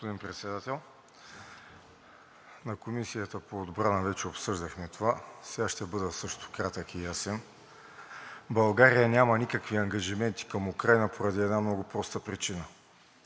Господин Председател, на Комисията по отбрана вече обсъждахме това. Сега също ще бъда кратък и ясен. България няма никакви ангажименти към Украйна поради една много просто причина: